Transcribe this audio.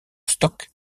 stock